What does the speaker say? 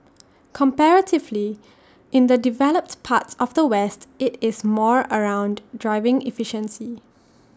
comparatively in the developed parts of the west IT is more around driving efficiency